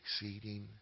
exceeding